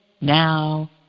now